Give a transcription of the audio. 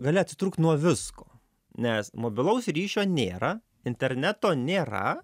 gali atitrūkt nuo visko nes mobilaus ryšio nėra interneto nėra